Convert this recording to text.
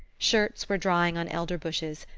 shirts were drying on elder-bushes,